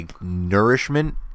nourishment